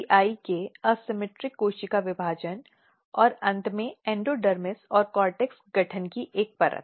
CEI के असममित कोशिका विभाजन और अंत में एंडोडर्मिस और कॉर्टेक्स गठन की एक परत